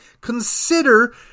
consider